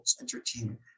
entertainment